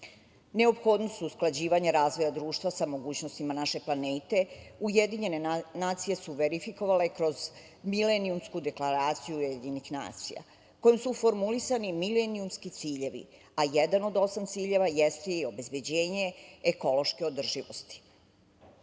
veka. Neophodnost usklađivanja razvoja društva sa mogućnostima naše planete UN su verifikovale kroz milenijumsku deklaraciju UN, kojem su formulisani milenijumski ciljevi, a jedan od osam ciljeva jeste i obezbeđenje ekološke održivosti. Kada